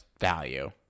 value